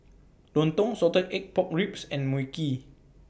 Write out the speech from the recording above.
Lontong Salted Egg Pork Ribs and Mui Kee